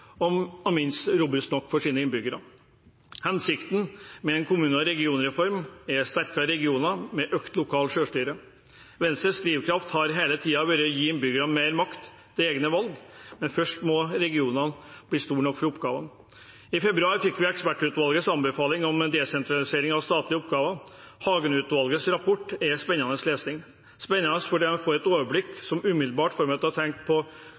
om å få kommuner opp til en størrelse som gjør at hverdagen blir enklere, mer forutsigbar og ikke minst robust nok for innbyggerne. Hensikten med en kommune- og regionreform er sterkere regioner med økt lokalt selvstyre. Venstres drivkraft har hele tiden vært å gi innbyggerne mer makt til egne valg, men først må regionene bli store nok for oppgavene. I februar fikk vi ekspertutvalgets anbefaling om desentralisering av statlige oppgaver. Hagen-utvalgets rapport er spennende lesning – spennende fordi man får et